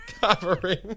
covering